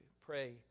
pray